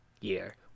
year